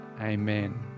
amen